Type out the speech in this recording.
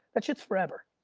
that shit's forever.